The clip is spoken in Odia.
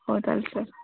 ହଉ ତା'ହେଲେ ସାର୍